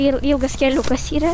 il ilgas keliukas yra